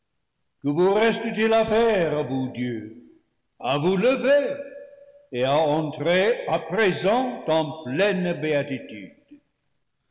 que vous reste-t-il à faire à vous dieux à vous lever et à entrer à présent en pleine béatitude